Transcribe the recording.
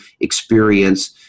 experience